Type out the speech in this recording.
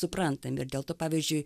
suprantam ir dėl to pavyzdžiui